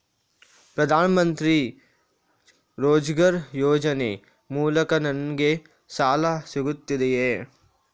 ಪ್ರದಾನ್ ಮಂತ್ರಿ ರೋಜ್ಗರ್ ಯೋಜನೆ ಮೂಲಕ ನನ್ಗೆ ಸಾಲ ಸಿಗುತ್ತದೆಯೇ?